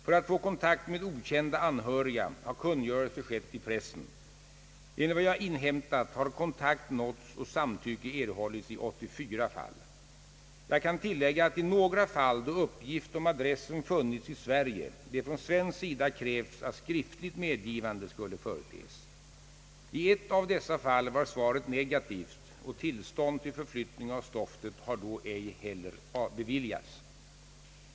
För att få kontakt med okända anhöriga har kungörelse skett i pressen. Enligt vad jag inhämtat har kontakt nåtts och samtycke erhållits i 84 fall. Jag kan tillägga, att i några fall, då uppgift om adressen funnits i Sverige, det från svensk sida krävts att skriftligt medgivande skulle företes. I ett av dessa fall var svaret negativt, och tillstånd till förflyttning av stoftet har då ej heller beviljats.